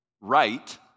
Right